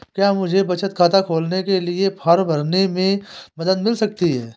क्या मुझे बचत खाता खोलने के लिए फॉर्म भरने में मदद मिल सकती है?